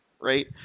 right